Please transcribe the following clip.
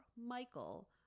Michael